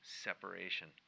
separation